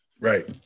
right